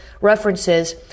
references